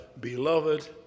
beloved